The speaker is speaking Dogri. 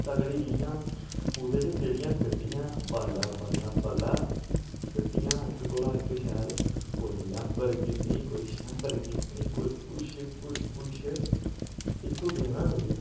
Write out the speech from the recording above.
तगड़ी इ'यां ओह्दे च जेह्ड़ियां गड्डियां बल्लै बल्लै बल्लै गड्डियां इक कोला इक शैल कोई लैम्बरगिनी कोई शैम्बरगिन्नी कोई कुछ कोई कुछ इक्को गेम ऐ फ्री